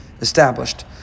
established